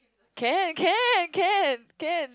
can can can can